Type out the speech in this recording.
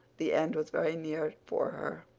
the end was very near for her.